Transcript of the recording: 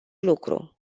lucru